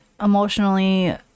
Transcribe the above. emotionally